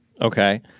Okay